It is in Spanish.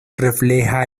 refleja